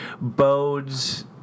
bodes